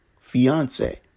fiance